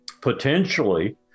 potentially